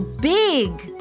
big